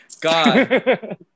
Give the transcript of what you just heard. god